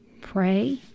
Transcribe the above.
pray